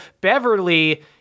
Beverly